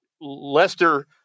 lester